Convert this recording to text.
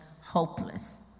hopeless